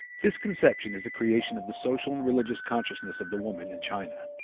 this conception is the creation of the social and religious consciousness of the women in china.